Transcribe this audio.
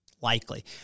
likely